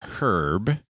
Herb